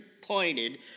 pointed